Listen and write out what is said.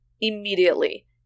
immediately